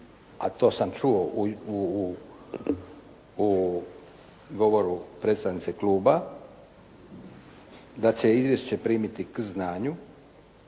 a to sam čuo u govoru predstavnice Kluba da će izvješće primiti k znanju,